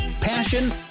passion